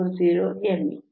40 me